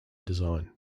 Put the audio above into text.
design